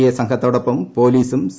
A സംഘത്തോടൊപ്പം പൊലീസും C